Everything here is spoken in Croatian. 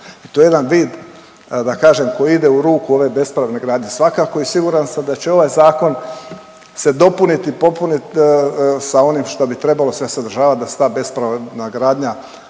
To je jedan vid da kažem koji ide u ruku ove … svakako i siguran sam da će ovaj zakon se dopuniti popunit sa onim što bi trebalo se sadržavat da se ta bespravna gradnja